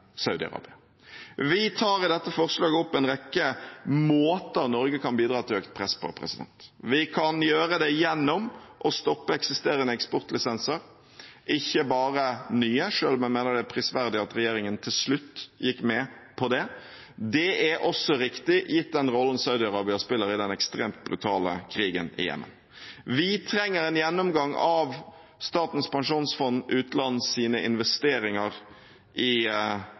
Saudi-Arabia. Vi tar i dette forslaget opp en rekke måter Norge kan bidra til økt press på. Vi kan gjøre det gjennom å stoppe eksisterende eksportlisenser, ikke bare nye, selv om jeg mener det er prisverdig at regjeringen til slutt gikk med på det. Det er også riktig, gitt den rollen Saudi-Arabia spiller i den ekstremt brutale krigen i Jemen. Vi trenger en gjennomgang av Statens pensjonsfond utlands investeringer i